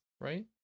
Right